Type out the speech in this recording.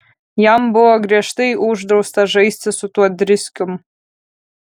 jam buvo griežtai uždrausta žaisti su tuo driskium